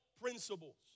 principles